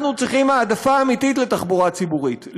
אנחנו צריכים העדפה אמיתית לתחבורה ציבורית,